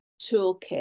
toolkit